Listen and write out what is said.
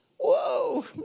Whoa